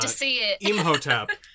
Imhotep